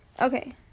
okay